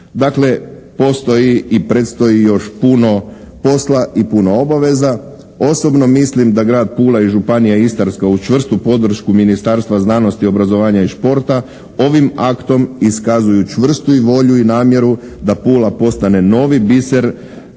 Dakle postoji i predstoji još puno posla i puno obaveza. Osobno mislim da Grad Pula i županija Istarska uz čvrstu podršku Ministarstva znanosti, obrazovanja i športa ovim aktom iskazuju čvrstu volju i namjeru da Pula postane novi biser